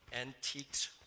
antiques